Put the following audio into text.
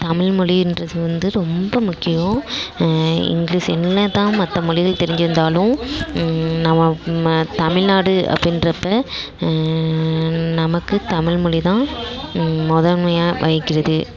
தமிழ் மொழிகிறது வந்து ரொம்ப முக்கியம் இங்கிலீஷ் என்னதான் மற்ற மொழிகள் தெரிஞ்சிருந்தாலும் நம்ம தமிழ்நாடு அப்படின்றப்போ நமக்கு தமிழ் மொழிதான் முதன்மையா வைக்கிறது